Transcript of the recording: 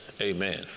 Amen